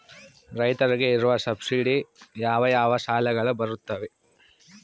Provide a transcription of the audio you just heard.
ರೈತರಿಗೆ ಇರುವ ಸಬ್ಸಿಡಿ ಯಾವ ಯಾವ ಸಾಲಗಳು ಬರುತ್ತವೆ?